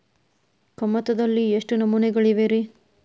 ಕಮತದಲ್ಲಿ ಎಷ್ಟು ನಮೂನೆಗಳಿವೆ ರಿ?